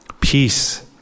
peace